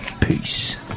Peace